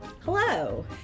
Hello